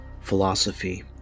philosophy